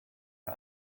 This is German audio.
der